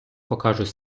покажуть